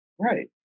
right